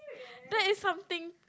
but it's something